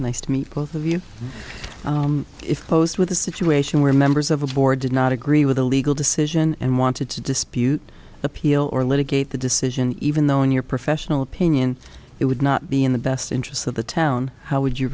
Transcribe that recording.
nice to meet both of you if post with a situation where members of a board did not agree with a legal decision and wanted to dispute appeal or litigate the decision even though in your professional opinion it would not be in the best interests of the town how would you